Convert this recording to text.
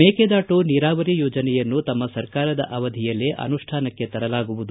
ಮೇಕೆದಾಟು ನೀರಾವರಿ ಯೋಜನೆಯನ್ನು ತಮ್ಮ ಸರ್ಕಾರದ ಅವಧಿಯಲ್ಲೇ ಅನುಷ್ಠಾನಕ್ಕೆ ತರಲಾಗುವುದು